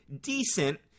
decent